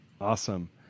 Awesome